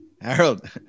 Harold